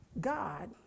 God